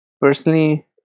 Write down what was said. personally